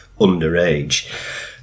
underage